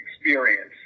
experience